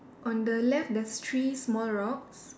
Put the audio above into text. on the left there's three small rocks